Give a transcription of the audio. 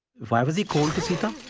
why was he cold to sita?